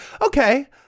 okay